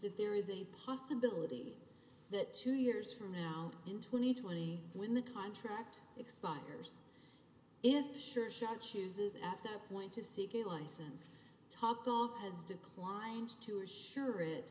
that there is a possibility that two years from now in twenty twenty when the contract expires it should shut chooses at that point to seek a license top dog has declined to assure it